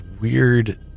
weird